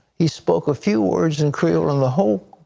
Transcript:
he spoke a few words in creole and the whole